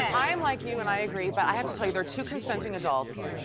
i am like you and i agree, but i have to tell you, there are two consenting adults.